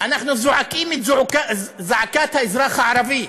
אנחנו זועקים את זעקת האזרח הערבי,